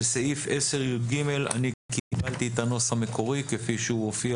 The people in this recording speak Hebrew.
לסעיף 10יג אני קיבלתי את הנוסח המקורי כפי שהוא הופיע